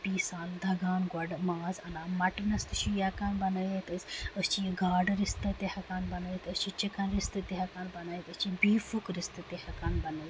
دَگان گۄڈٕ ماز اَنان مَٹنَس تہِ چھِ ہٮ۪کان بَنٲیِتھ أسۍ أسۍ چھِ یہِ گاڈٕ رِستہٕ تہِ ہٮ۪کان بَنٲوِتھ أسۍ أسۍ چھِ چِکن رِستہٕ تہِ ہٮ۪کان بنٲیِتھ أسۍ چھِ بیٖفُک رِستہٕ تہِ ہٮ۪کان بَنٲیِتھ